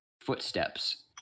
footsteps